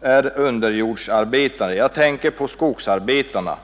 är underjordsarbetare — och skogsarbetare.